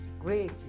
Great